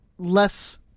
Less